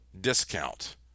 discount